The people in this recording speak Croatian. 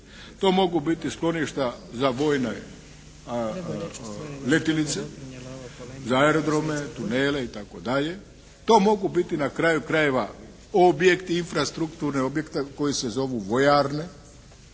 to mogu biti skloništa za vojne letjelice, za aerodrome, tunele itd. To mogu biti na kraju krajeva objekti, infrastrukturni objekti koji se zovu vojarne.